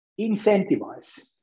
incentivize